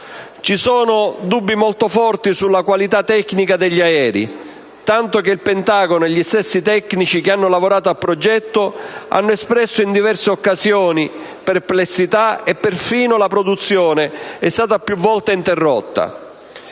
Ci sono dubbi molto forti sulla qualità tecnica degli aerei, tanto che il Pentagono e gli stessi tecnici che hanno lavorato al progetto hanno espresso in diverse occasioni perplessità e perfino la produzione è stata più volte interrotta.